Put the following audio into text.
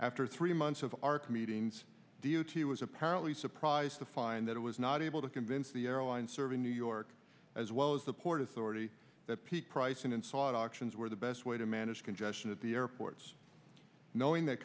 after three months of arc meetings d o t was apparently surprised to find that it was not able to convince the airline serving new york as well as the port authority that peak pricing and sought auctions where the best way to manage congestion at the airports knowing that